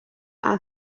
are